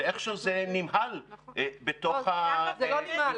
ואיך שהוא זה נמהל בתוך --- זה לא נמהל.